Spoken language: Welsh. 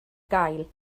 gael